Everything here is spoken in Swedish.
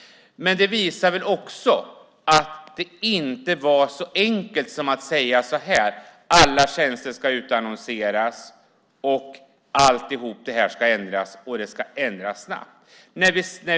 Men det visar väl också att det inte var så enkelt som att säga: Alla tjänster ska utannonseras, allt detta ska ändras, och det ska ändras snabbt.